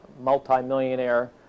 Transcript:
multi-millionaire